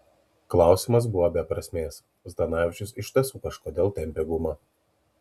klausimas buvo be prasmės zdanavičius iš tiesų kažkodėl tempė gumą